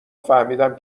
فهمیدم